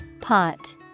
pot